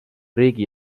riigi